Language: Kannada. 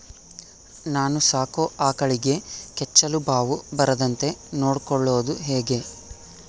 ನಾನು ಸಾಕೋ ಆಕಳಿಗೆ ಕೆಚ್ಚಲುಬಾವು ಬರದಂತೆ ನೊಡ್ಕೊಳೋದು ಹೇಗೆ?